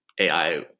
AI